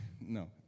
no